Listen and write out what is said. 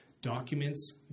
documents